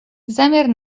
zamiar